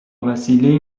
وسیلهای